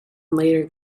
later